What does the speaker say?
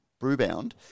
BrewBound